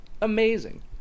amazing